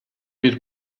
bir